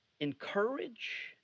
encourage